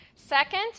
Second